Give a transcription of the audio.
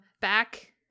Back